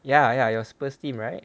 ya ya your spurs team right